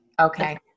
okay